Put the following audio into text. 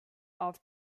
off